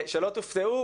שלא תופתעו,